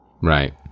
Right